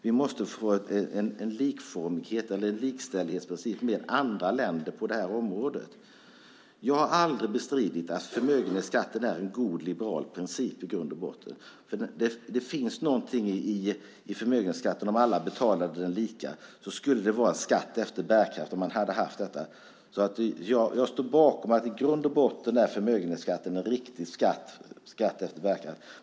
Vi måste få en likställighetsprincip med andra länder på området. Jag har aldrig bestridit att förmögenhetsskatten är en i grund och botten god liberal princip. Det skulle finnas något rättvist i förmögenhetskatten om alla betalade den lika. Då skulle det vara skatt efter bärkraft. Jag står bakom att i grund och botten är förmögenhetsskatten en riktig skatt, det vill säga skatt efter bärkraft.